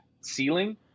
ceiling